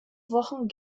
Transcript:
wochen